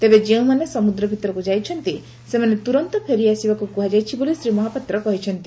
ତେବେ ଯେଉଁମାନେ ସମୁଦ୍ର ଭିତରକୁ ଯାଇଛନ୍ତି ସେମାନେ ତୁରନ୍ତ ଫେରିଆସିବାକୁ କୁହାଯାଇଛି ବୋଲି ଶ୍ରୀ ମହାପାତ୍ର କହିଛନ୍ତି